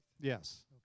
Yes